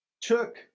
took